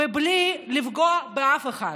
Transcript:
ובלי לפגוע באף אחד,